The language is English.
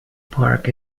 park